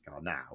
now